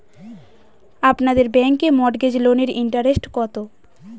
আপনাদের ব্যাংকে মর্টগেজ লোনের ইন্টারেস্ট কত?